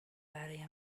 برای